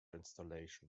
installation